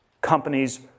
companies